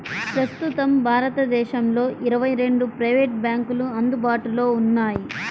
ప్రస్తుతం భారతదేశంలో ఇరవై రెండు ప్రైవేట్ బ్యాంకులు అందుబాటులో ఉన్నాయి